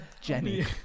Jenny